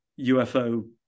ufo